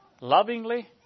Lovingly